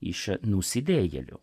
iš nusidėjėlių